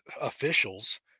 officials